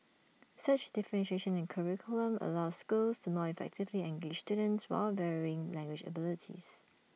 such differentiation in curriculum allows schools to more effectively engage students with varying language abilities